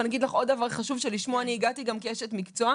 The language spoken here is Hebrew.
אני אגיד לך עוד דבר חשוב שלשמו הגעתי גם כאשת מקצוע.